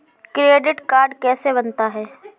Credit card कैसे बनता है?